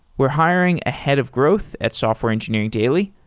we're hiring a head of growth at software engineering daily.